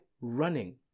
running